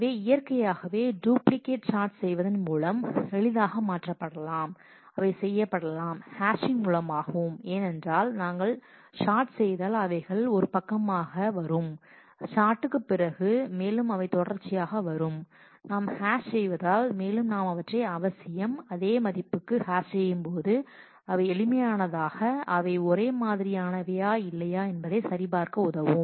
எனவே இயற்கையாகவே duplicate chat செய்வதன் மூலம் மிக எளிதாக அகற்றப்படலாம் அவை செய்யப்படலாம் ஹேஷிங் hashing மூலமாகவும் ஏனென்றால் நாங்கள் சாட் செய்தால் அவைகள் ஒரு பக்கமாக வரும் சாட்க்குப் பிறகு மேலும் அவை தொடர்ச்சியாக வரும் நாம் ஹாஷ் செய்தால் மேலும் நாம் அவற்றை அவசியம் அதே மதிப்புக்கு ஹாஷ் செய்யும் போது அவை எளிமை ஆனதாக அவை ஒரே மாதிரியானவையா இல்லையா என்பதைச் சரிபார்க்க உதவும்